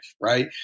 right